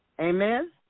Amen